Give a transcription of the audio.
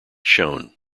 shown